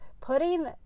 Putting